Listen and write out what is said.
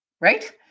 right